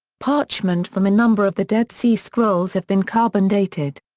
parchment from a number of the dead sea scrolls have been carbon dated.